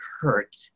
hurt